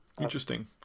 Interesting